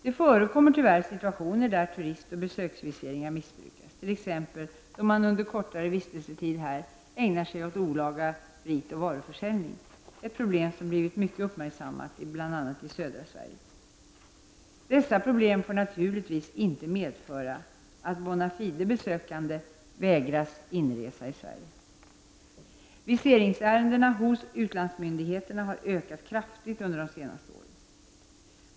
Det förekommer tyvärr situationer där turist och besöksviseringar missbrukas, t.ex. då man under en kortare vistelsetid här ägnar sig åt olaga sprit och varuförsäljning, ett problem som blivit mycket uppmärksammat bl.a. i södra Sverige. Dessa problem får naturligtvis inte medföra att bona fide besökande vägras inresa i Sverige. Viseringsärendena hos utlandsmyndigheterna har ökat kraftigt i antal under de senaste åren.